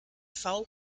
foul